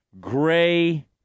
Gray